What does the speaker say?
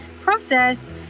process